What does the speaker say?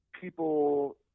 people